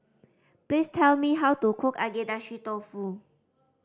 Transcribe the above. please tell me how to cook Agedashi Dofu